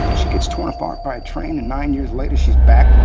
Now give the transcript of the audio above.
she gets torn apart by a train and nine years later, she's back?